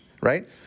right